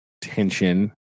tension